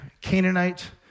Canaanite